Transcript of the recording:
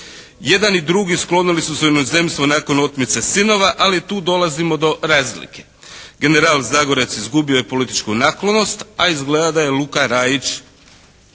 Jedan i drugi sklonili su se u inozemstvu nakon otmice sinova, ali tu dolazimo do razlike. General Zagorac izgubio je političku naklonost, a izgleda da je Luka Raić